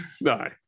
No